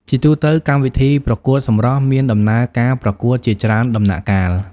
ជាទូទៅ កម្មវិធីប្រកួតសម្រស់មានដំណើរការប្រកួតជាច្រើនដំណាក់កាល។